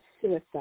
suicide